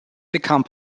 become